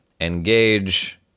engage